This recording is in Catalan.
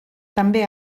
també